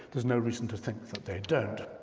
there's no reason to think that they don't.